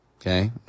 okay